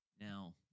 Now